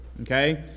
Okay